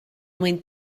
mwyn